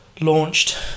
launched